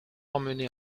emmené